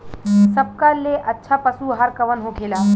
सबका ले अच्छा पशु आहार कवन होखेला?